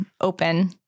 open